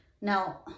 Now